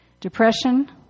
depression